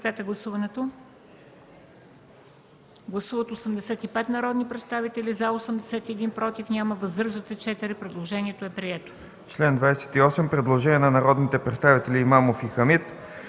предложение от народните представители Имамов и Хамид